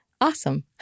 awesome